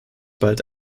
bald